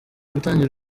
gutangira